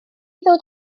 ddod